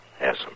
Yes